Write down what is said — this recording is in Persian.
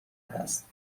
هست